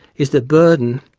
is the burden,